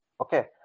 Okay